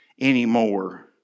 anymore